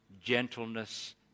gentleness